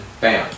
bam